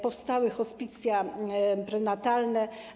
Powstały hospicja prenatalne.